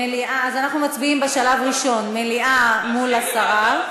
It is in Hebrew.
אז אנחנו מצביעים בשלב ראשון: מליאה מול הסרה.